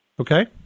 Okay